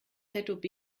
zob